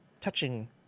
touching